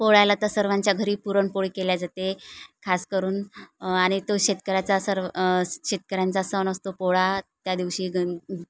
पोळ्याला तर सर्वांच्या घरी पुरणपोळी केली जाते खास करून आणि तो शेतकऱ्याचा सर्व शेतकऱ्यांचा सण असतो पोळा त्या दिवशी गण